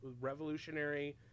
revolutionary